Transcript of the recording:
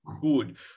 good